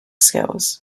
skills